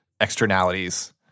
externalities